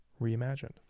reimagined